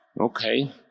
okay